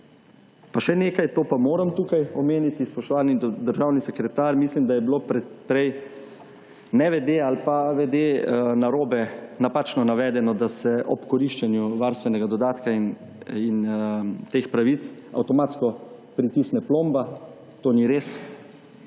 Pa še nekaj, to pa moram tukaj omeniti. Spoštovani državni sekretar, mislim da je bilo prej nevede ali pa vede napačno navedeno, da se ob koriščenju varstvenega dodatka in teh pravic avtomatsko pritisne plomba. To ni res.